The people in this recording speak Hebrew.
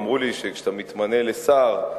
אמרו לי שכאשר אתה מתמנה לשר,